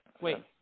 Wait